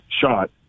shot